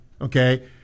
okay